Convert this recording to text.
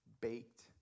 baked